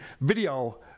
video